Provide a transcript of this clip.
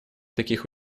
таких